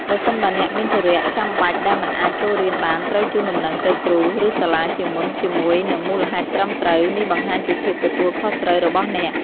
ប្រសិនបើអ្នកមានធុរៈចាំបាច់ដែលមិនអាចចូលរៀនបាន ត្រូវជូនដំណឹងទៅគ្រូ ឬសាលាជាមុនជាមួយនឹងមូលហេតុត្រឹមត្រូវ។ នេះបង្ហាញពីភាពទទួលខុសត្រូវរបស់អ្នក។